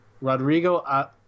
Rodrigo